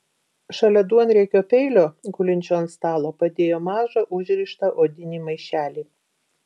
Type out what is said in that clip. šalia duonriekio peilio gulinčio ant stalo padėjo mažą užrištą odinį maišelį